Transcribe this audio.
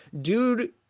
Dude